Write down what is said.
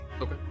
Okay